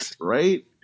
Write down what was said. Right